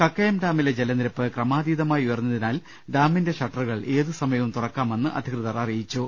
കക്കയം ഡാമിലെ ജലനിരപ്പ് ക്രമാതീതമായി ഉയർന്നതിനാൽ ഡാമിന്റെ ഷട്ടറുകൾ ഏതുസമയവും തുറക്കാമെന്ന് അധികൃതർ അറിയിച്ചു